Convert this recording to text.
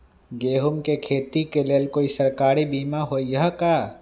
गेंहू के खेती के लेल कोइ सरकारी बीमा होईअ का?